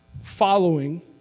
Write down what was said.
following